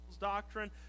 doctrine